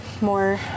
more